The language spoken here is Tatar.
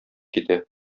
китә